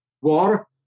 war